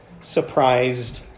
surprised